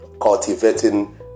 cultivating